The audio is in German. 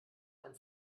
ein